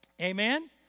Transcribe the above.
Amen